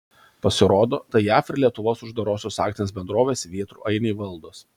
pasirodo tai jav ir lietuvos uždarosios akcinės bendrovės vėtrų ainiai valdos